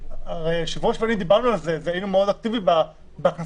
והיושב ראש ואני דיברנו על זה והיינו מאוד אקטיביים בהכנסת